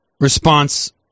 response